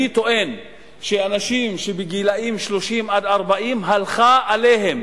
אני טוען שאנשים בגילאים 30 40 הלך עליהם,